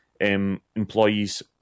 employees